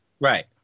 Right